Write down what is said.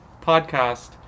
podcast